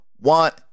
want